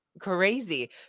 Crazy